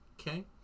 Okay